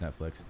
Netflix